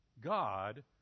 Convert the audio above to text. God